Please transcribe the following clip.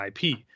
IP